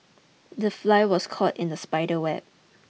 the fly was caught in the spider web